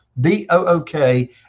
B-O-O-K